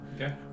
Okay